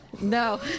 No